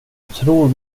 tror